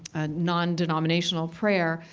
non-denominational prayer,